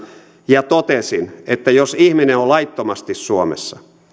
ja totesin että jos ihminen on laittomasti suomessa